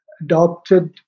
adopted